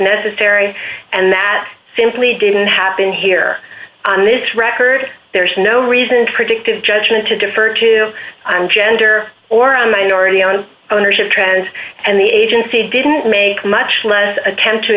necessary and that simply didn't happen here on this record there's no reason predictive judgment to defer to on gender or on minority on ownership trends and the agency didn't make much less attempt to